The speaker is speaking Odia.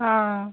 ହଁ